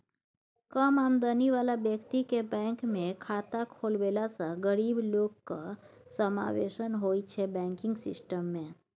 कम आमदनी बला बेकतीकेँ बैंकमे खाता खोलबेलासँ गरीब लोकक समाबेशन होइ छै बैंकिंग सिस्टम मे